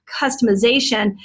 customization